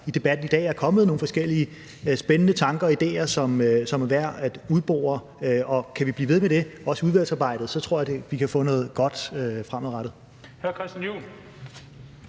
i debatten i dag er kommet nogle forskellige spændende tanker og idéer, som er værd at udbore, og kan vi blive ved med det, også i udvalgsarbejdet, så tror jeg, vi kan få noget godt fremadrettet.